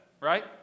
right